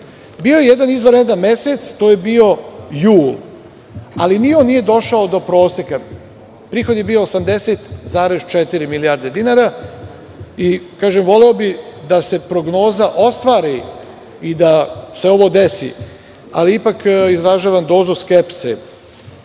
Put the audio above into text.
Bio je jedan izvanredan mesec, to je bio jul, ali ni on nije došao do proseka. Prihod je bio 80,4 milijarde dinara, i voleo bih da se prognoza ostvari i da se ovo desi, ali ipak izražavam dozu skepse. Što